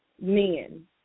men